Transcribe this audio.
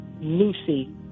Lucy